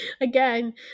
again